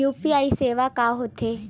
UPI सेवा का होथे?